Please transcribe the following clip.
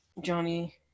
Johnny